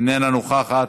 איננה נוכחת,